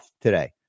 today